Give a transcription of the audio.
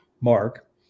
Mark